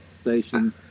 station